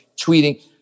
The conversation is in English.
tweeting